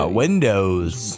windows